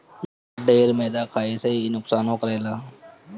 ढेर मैदा खाए से इ नुकसानो करेला